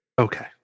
okay